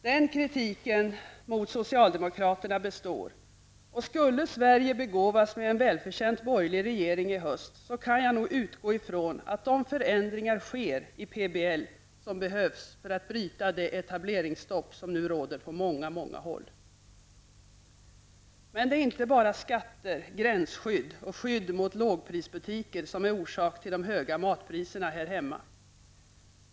Den kritiken mot socialdemokratin består, och skulle Sverige begåvas med en välförtjänt borgerlig regering i höst kan man nog utgå ifrån att de förändringar sker i PBL som behövs för att bryta det etableringsstopp som nu råder på många håll. Det är inte bara skatter, gränsskydd och skydd mot lågprisbutiker som är orsak till de höga matpriserna här hemma.